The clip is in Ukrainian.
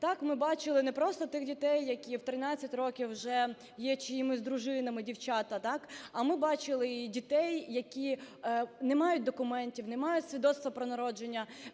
Так, ми бачили не просто тих дітей, які в 13 років вже є чиїмись дружинами, дівчата, а ми бачили і дітей, які не мають документів, не мають свідоцтва про народження,